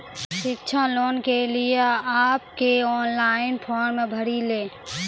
शिक्षा लोन के लिए आप के ऑनलाइन फॉर्म भरी ले?